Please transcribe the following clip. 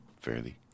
fairly